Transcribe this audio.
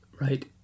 right